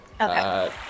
Okay